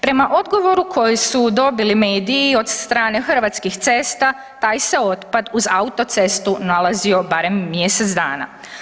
Prema odgovoru koji su dobili mediji od strane Hrvatskih cesta, taj se otpad uz autocestu nalazio barem mjesec dana.